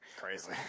Crazy